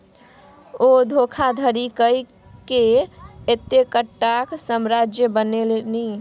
ओ धोखाधड़ी कय कए एतेकटाक साम्राज्य बनेलनि